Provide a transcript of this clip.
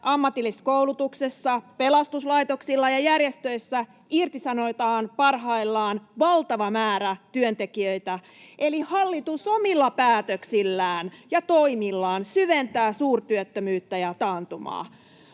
ammatillisessa koulutuksessa, pelastuslaitoksilla ja järjestöissä irtisanotaan parhaillaan valtava määrä työntekijöitä. Eli hallitus omilla päätöksillään ja toimillaan syventää suurtyöttömyyttä ja taantumaa.